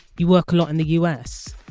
you work a lot in the us.